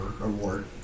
Award